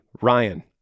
Ryan